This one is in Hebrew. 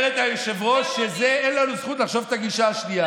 אומרת היושבת-ראש שאין לנו זכות לחשוב את הגישה השנייה.